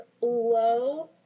low